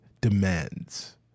demands